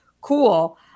cool